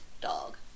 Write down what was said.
dog